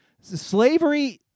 Slavery